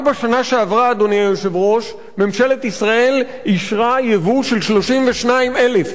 ממשלת ישראל אישרה ייבוא של 32,000 עובדים זרים ברשיון לישראל,